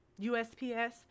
USPS